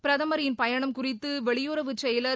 பிரதமரின் பயணம் குறித்து வெளியுறவுச் செயலர்